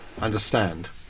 understand